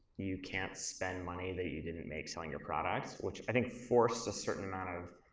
you can't spend money that you didn't make selling your product, which i think forced a certain amount of,